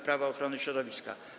Prawo ochrony środowiska.